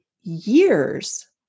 years